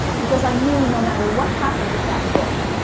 because i knew no matter what happened with that book,